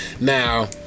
Now